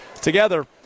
Together